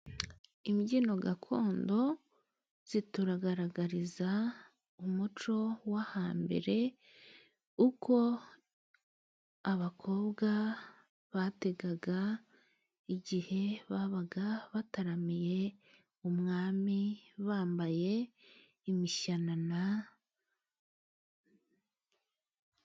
Imbyino gakondo zitugaragariza umuco wo hambere， uko abakobwa bategaga， igihe babaga bataramiye umwami，bambaye imishanana.